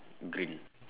green